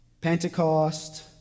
Pentecost